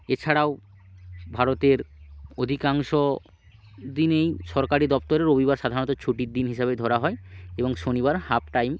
এছাড়াও ভারতের অধিকাংশ দিনেই সরকারি দপ্তরে রবিবার সাধারণত ছুটির দিন হিসাবে ধরা হয় এবং শনিবার হাপ টাইম